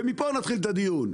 ומפה נתחיל את הדיון.